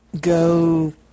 go